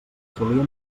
solíem